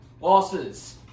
losses